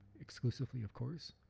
exclusively of course,